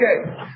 Okay